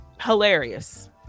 Hilarious